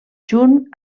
junt